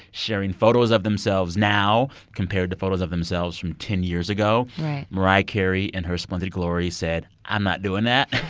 sharing photos of themselves now compared to photos of themselves from ten years ago right mariah carey, in her splendid glory, said, i'm not doing that.